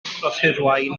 rhoshirwaun